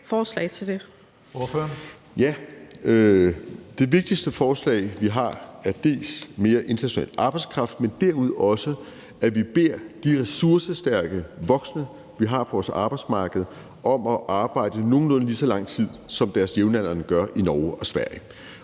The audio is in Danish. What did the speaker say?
Det vigtigste forslag, vi har, er dels mere international arbejdskraft, dels at vi derudover beder de ressourcestærke voksne, vi har på vores arbejdsmarked, om at arbejde nogenlunde lige så lang tid, som deres jævnaldrende gør i Norge og Sverige.